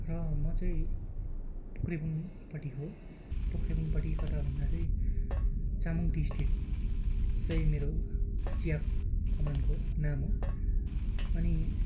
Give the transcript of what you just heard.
र म चाहिँ पोख्रेबुङपट्टिको हो पोख्रेबुङपट्टि कता भन्दा चाहिँ चामुङ टी स्टेट चाहिँ मेरो चियाकमानको नाम हो अनि